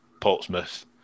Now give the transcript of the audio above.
Portsmouth